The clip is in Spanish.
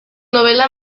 novela